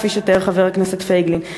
כפי שתיאר חבר הכנסת פייגלין,